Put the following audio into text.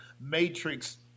matrix